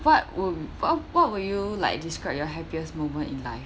what would what what would you like describe your happiest moment in life